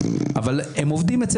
אבל הם עובדים אצל